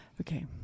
okay